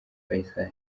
faisal